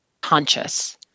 conscious